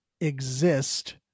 exist